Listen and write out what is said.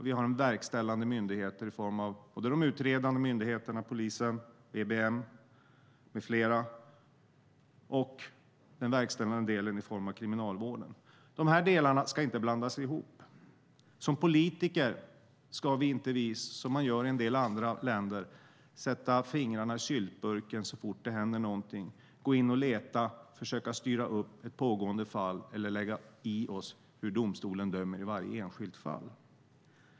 Vi har också verkställande myndigheter i form av både de utredande myndigheterna, som Polisen, EBM med flera, och den verkställande delen, alltså Kriminalvården. Dessa delar ska inte blandas ihop. Som politiker ska vi inte, som man gör i en del andra länder, sätta fingrarna i syltburken så fort det händer någonting. Vi ska inte gå in och leta, försöka styra upp ett pågående fall eller lägga oss i hur domstolen dömer i varje enskilt fall.